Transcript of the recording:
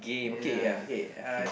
ya okay